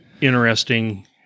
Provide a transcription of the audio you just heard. interesting